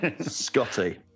Scotty